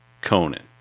Conan